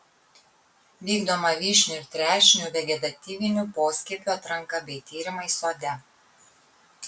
vykdoma vyšnių ir trešnių vegetatyvinių poskiepių atranka bei tyrimai sode